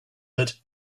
that